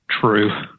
true